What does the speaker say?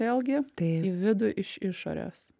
vėlgi į vidų iš išorės